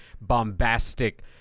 bombastic